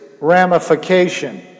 ramification